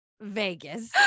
Vegas